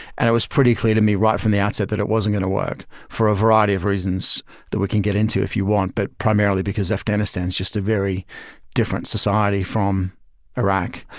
and it was pretty clear to me right from the outset that it wasn't going to work for a variety of reasons that we can get into if you want, but primarily because afghanistan is just a very different society from iraq.